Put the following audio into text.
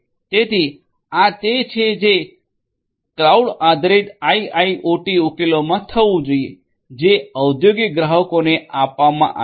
તેથી આ તે છે જે ક્લાઉડ આધારિત આઇઆઇઓટી ઉકેલોમા થવું જોઈએ જે ઔદ્યોગિક ગ્રાહકોને આપવામાં આવે છે